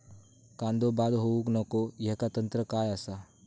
कांदो बाद होऊक नको ह्याका तंत्र काय असा?